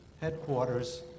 headquarters